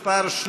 התקבלה.